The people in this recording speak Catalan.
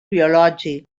biològic